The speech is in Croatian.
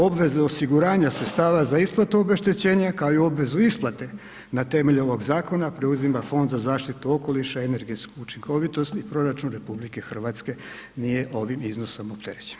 Obveze osiguranja sredstava za isplatu obeštećenja, kao i obvezu isplate na temelju ovog zakona, preuzima Fond za zaštitu okoliša i energetsku učinkovitost i proračun RH nije ovim iznosom opterećen.